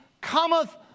cometh